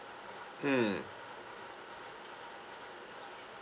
mm